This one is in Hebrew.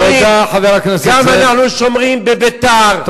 גם אנחנו שומרים בביתר,